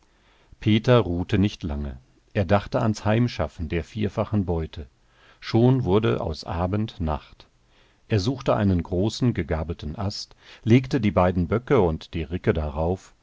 peter ruhte nicht lange er dachte ans heimschaffen der vierfachen beute schon wurde aus abend nacht er suchte einen großen gegabelten ast legte die beiden böcke und die ricke darauf